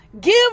give